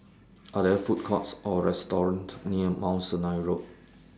Are There Food Courts Or restaurants near Mount Sinai Road